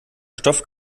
stoff